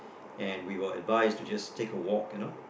and we were advised to just take a walk you know